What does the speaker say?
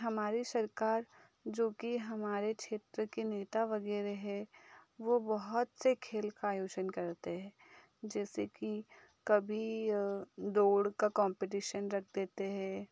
हमारी सरकार जो कि हमारे क्षेत्र के नेता वग़ैरह हैं वो बहुत से खेल का आयोजन करते हैं जैसे कि कभी दौड़ का कॉम्पिटिशन कर देते हैं